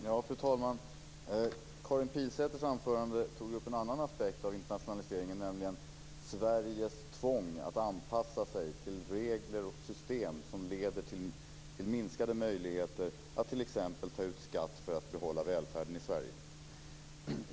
Fru talman! Karin Pilsäters anförande tog upp en annan aspekt av internationaliseringen, nämligen Sveriges tvång att anpassa sig till regler och system som leder till minskade möjligheter att t.ex. ta ut skatt för att behålla välfärden i Sverige.